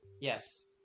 Yes